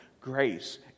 Grace